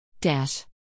Dash